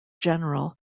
general